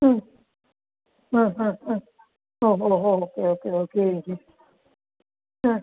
ഉം ആ ആ ആ ഓ ഓ ഓ ഓക്കെ ഓക്കെ ഓക്കെ ചേച്ചി ആ